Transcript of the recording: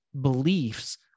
beliefs